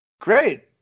great